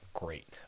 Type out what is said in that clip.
Great